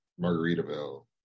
Margaritaville